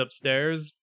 upstairs